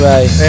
Right